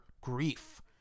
Grief